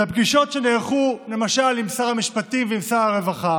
בפגישות שנערכו למשל עם שר המשפטים ושר הרווחה